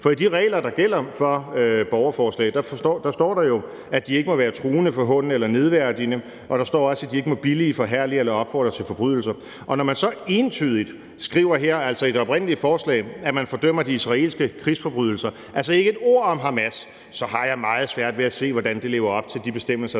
for i de regler, der gælder for borgerforslag, står der jo, at de ikke må være truende, forhånende eller nedværdigende, og der står også, at de ikke må billige, forherlige eller opfordre til forbrydelser. Når man så entydigt skriver her, altså i det oprindelige forslag, at man fordømmer de israelske krigsforbrydelser og altså ikke et ord om Hamas, så har jeg meget svært ved at se, hvordan det lever op til de bestemmelser,